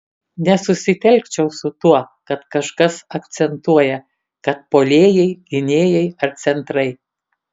nesusitelkčiau su tuo kad kažkas akcentuoja kad puolėjai gynėjai ar centrai